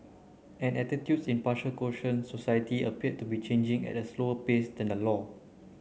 and attitudes in Croatian society appear to be changing at a slower pace than the law